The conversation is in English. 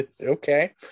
Okay